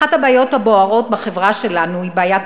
אחת הבעיות הבוערות בחברה שלנו היא בעיית